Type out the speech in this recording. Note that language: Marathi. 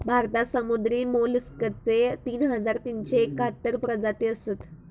भारतात समुद्री मोलस्कचे तीन हजार तीनशे एकाहत्तर प्रजाती असत